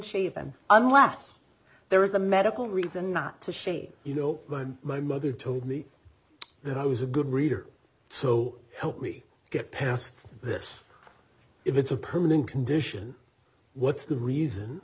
shaven unless there is a medical reason not to shave you know but my mother told me that i was a good reader so help me get past this if it's a permanent condition what's the reason